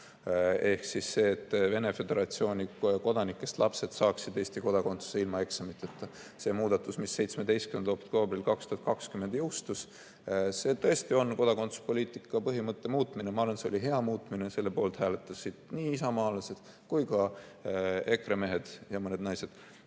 Ehk siis see, et Venemaa Föderatsiooni kodanikest lapsed saaksid Eesti kodakondsuse ilma eksamiteta. See muudatus, mis 17. oktoobril 2020 jõustus, on tõesti kodakondsuspoliitika põhimõtte muutmine. Ma arvan, et see oli hea muudatus, selle poolt hääletasid nii isamaalased kui ka EKRE mehed ja mõned naised. Ja